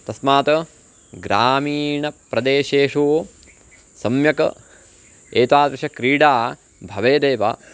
तस्मात् ग्रामीणप्रदेशेषु सम्यक् एतादृशक्रीडा भवेदेव